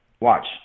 watch